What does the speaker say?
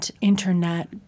internet